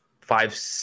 five